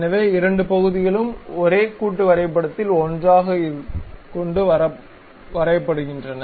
எனவே இரண்டு பகுதிகளும் ஒரே கூட்டு வரைபடத்தில் ஒன்றாகக் கொண்டு வரப்படுகின்றன